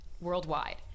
worldwide